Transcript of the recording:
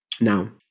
Now